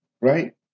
right